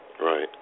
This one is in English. Right